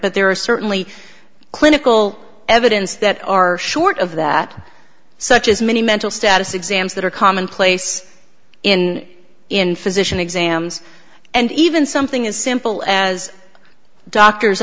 but there are certainly clinical evidence that are short of that such as many mental status exams that are commonplace in in physician exams and even something as simple as doctor